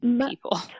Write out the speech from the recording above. people